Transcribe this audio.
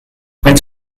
faint